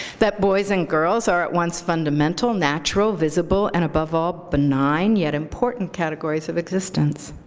that boys and girls are at once fundamental, natural, visible, and above all, benign yet important categories of existence.